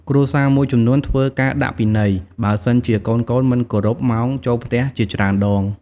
គ្រួសារមួយចំនួនធ្វើ “ការដាក់ពិន័យ” បើសិនជាកូនៗមិនគោរពម៉ោងចូលផ្ទះជាច្រើនដង។